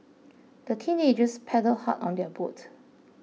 the teenagers paddled hard on their boat